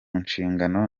nshingano